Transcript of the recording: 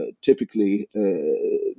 typically